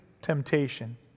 temptation